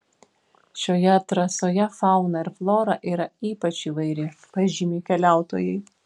šioje trasoje fauna ir flora yra ypač įvairi pažymi keliautojai